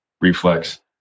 reflex